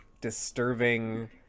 disturbing